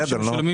בסדר נו.